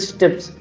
tips